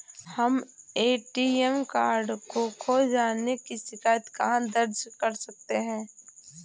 हम ATM card खो जाने की शिकायत कहाँ दर्ज कर सकते हैं?